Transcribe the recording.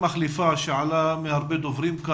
מחליפה שעלה כאן על ידי הרבה דוברים?